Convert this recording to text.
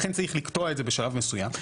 לכן צריך לקטוע את זה בשלב מסוים.